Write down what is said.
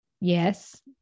yes